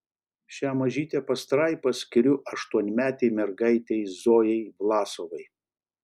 šią mažytę pastraipą skiriu aštuonmetei mergaitei zojai vlasovai